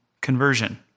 Conversion